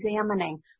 examining